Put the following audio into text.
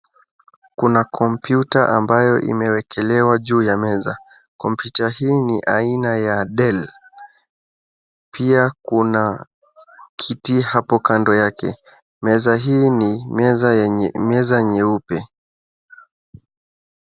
Kuna komyuta ambayo imewekelewa juu ya meza, Kompyuta hii ni ya aina ya Del ,pia kuna kiti hapo kando yake. Meza hii ni meza nyeupe.